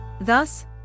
Thus